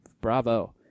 bravo